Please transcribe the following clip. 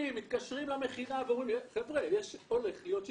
התקשרו למכינה ואמרו שהולכים להיות שיטפונות.